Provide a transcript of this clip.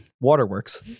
Waterworks